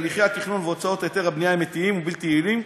הליכי התכנון והוצאת היתר בנייה הם איטיים ובלתי יעילים,